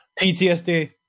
PTSD